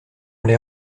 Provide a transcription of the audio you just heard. les